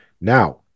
Now